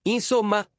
Insomma